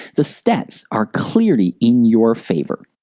the stats are clearly in your favor.